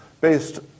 based